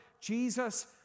Jesus